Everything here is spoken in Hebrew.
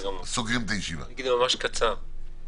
בבקשה.